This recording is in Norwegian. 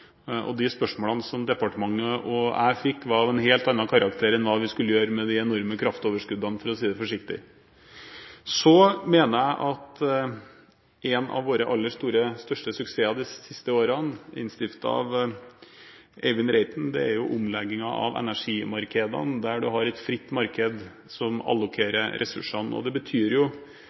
og de spørsmålene som departementet og jeg fikk, var av en helt annen karakter enn hva vi skulle gjøre med de enorme kraftoverskuddene, for å si det forsiktig. Så mener jeg at en av våre aller største suksesser de siste årene, innstiftet av Eivind Reiten, er omleggingen av energimarkedene, der du har et fritt marked som allokerer ressursene. Det betyr